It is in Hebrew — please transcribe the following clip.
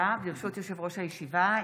ברשות יושב-ראש הישיבה,